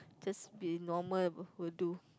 just be normal would do